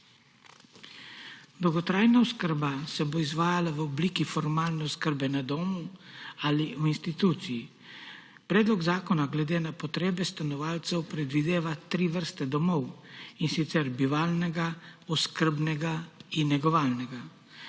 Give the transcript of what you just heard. Dolgotrajna oskrba se bo izvajala v obliki formalne oskrbe na domu ali v instituciji. Predlog zakona glede na potrebe stanovalcev predvideva tri vrste domov, in sicer bivalnega, oskrbnega in negovalnega.